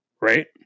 Right